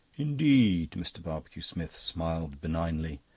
indeed! mr. barbecue-smith smiled benignly,